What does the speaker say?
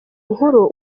nkuru